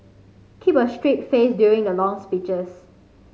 keep a straight face during the long speeches